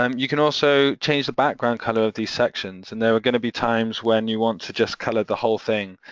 um you can also change the background colour of these sections and there are gonna be times when you want to just colour the whole thing,